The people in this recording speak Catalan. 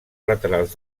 laterals